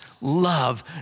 love